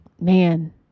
man